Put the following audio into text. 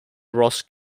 ross